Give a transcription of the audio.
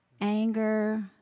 anger